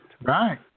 Right